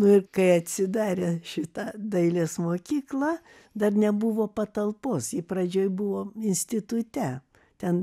nu ir kai atsidarė šita dailės mokykla dar nebuvo patalpos ji pradžioj buvo institute ten